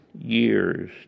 Years